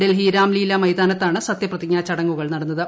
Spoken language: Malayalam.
ഡൽഹി രാംലീല മൈതാനത്താണ് സത്യപ്രതിജ്ഞാ ചടങ്ങുകൾ നടന്നത്